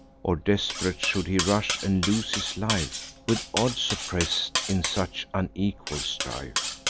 or desperate should he rush and lose his life, with odds oppress'd, in such unequal strife?